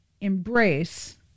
embrace